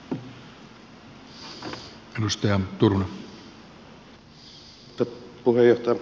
arvoisa puhemies